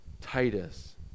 Titus